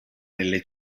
nelle